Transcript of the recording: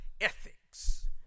ethics